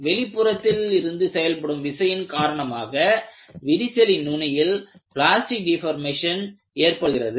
வெளிப்புறத்தில் இருந்து செயல்படும் விசையின் காரணமாக விரிசலின் நுனியில் பிளாஸ்டிக் டீபோர்மேஷன் ஏற்படுகிறது